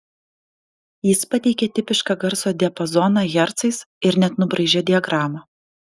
jis pateikė tipišką garso diapazoną hercais ir net nubraižė diagramą